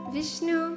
Vishnu